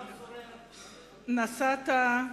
נסעת,